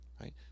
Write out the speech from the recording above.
right